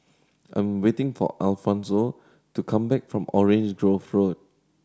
I'm waiting for Alfonso to come back from Orange Grove Road